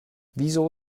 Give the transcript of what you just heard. wieso